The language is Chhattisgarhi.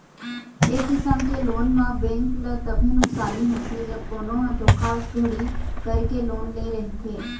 ए किसम के लोन म बेंक ल तभे नुकसानी होथे जब कोनो ह धोखाघड़ी करके लोन ले रहिथे